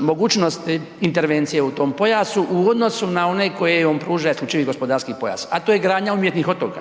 mogućnosti intervencije u tom pojasu u odnosu na one koje im pruža isključivi gospodarski pojas a to je gradnja umjetnih otoka